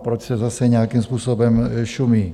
Proč se zase nějakým způsobem šumí?